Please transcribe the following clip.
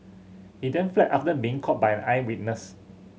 he then fled after being caught by an eyewitness